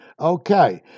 Okay